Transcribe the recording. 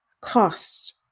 cost